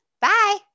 Bye